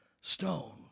stone